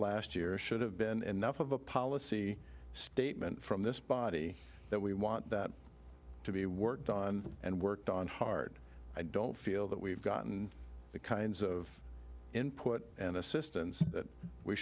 last year should have been enough of a policy statement from this body that we want that to be worked on and worked on hard i don't feel that we've gotten the kinds of input and assistance that we